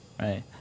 Right